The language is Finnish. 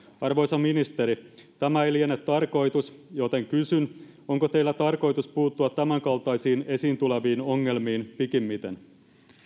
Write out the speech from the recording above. arvoisa ministeri tämä ei liene tarkoitus joten kysyn onko teillä tarkoitus puuttua tämänkaltaisiin esiin tuleviin ongelmiin pikimmiten